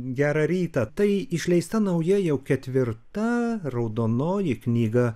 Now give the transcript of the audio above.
gerą rytą tai išleista nauja jau ketvirta raudonoji knyga